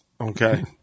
Okay